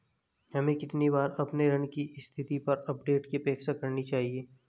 हमें कितनी बार अपने ऋण की स्थिति पर अपडेट की अपेक्षा करनी चाहिए?